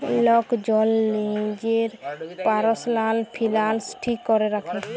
lock জল লিজের পারসলাল ফিলালস ঠিক ক্যরে রাখে